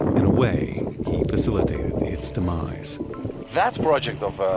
in a way, he facilitated its demise that project of ah